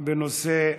בנושא: